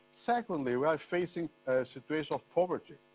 secondly, we are facing a situation of poverty,